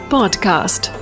Podcast